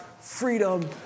freedom